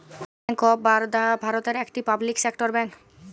bank of Baroda ভারতের একটি public sector bank